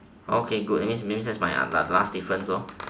okay good that means that means that's my my last difference lor